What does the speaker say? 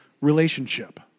relationship